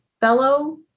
fellow